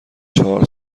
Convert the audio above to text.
چهار